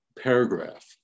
paragraph